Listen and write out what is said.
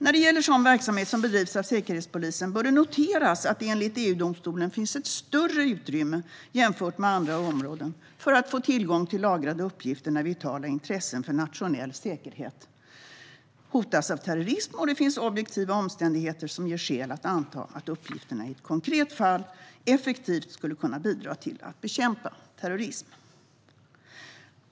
När det gäller sådan verksamhet som bedrivs av Säkerhetspolisen bör det noteras att det enligt EU-domstolen finns ett större utrymme jämfört med andra områden för att få tillgång till lagrade uppgifter när vitala intressen för nationell säkerhet hotas av terrorism och det finns objektiva omständigheter som ger skäl att anta att uppgifterna i ett konkret fall effektivt skulle kunna bidra till att bekämpa terrorism.